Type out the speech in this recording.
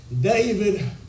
David